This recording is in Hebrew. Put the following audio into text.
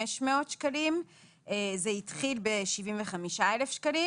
שקלים כאשר זה התחיל ב-75,000 שקלים